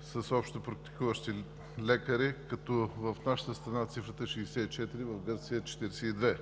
с общопрактикуващи лекари, като в нашата страна цифрата е 64, в Гърция е 42.